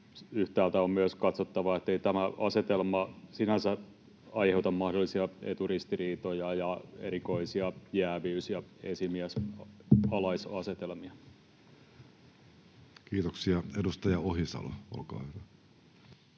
yhtäältä on myös katsottava, ettei tämä asetelma sinänsä aiheuta mahdollisia eturistiriitoja ja erikoisia jääviys‑ ja esimies—alainen-asetelmia. [Speech 330] Speaker: